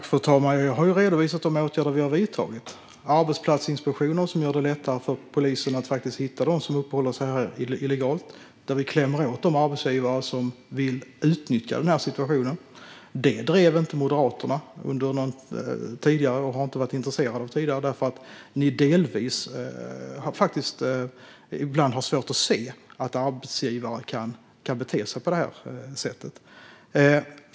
Fru talman! Jag har redovisat de åtgärder vi har vidtagit. Det handlar om arbetsplatsinspektioner, som gör det lättare för polisen att hitta dem som uppehåller sig här illegalt och där vi klämmer åt de arbetsgivare som vill utnyttja situationen. Detta drev inte Moderaterna. Ni har inte varit intresserade av det tidigare, delvis därför att ni ibland har svårt att se att arbetsgivare kan bete sig på det här sättet.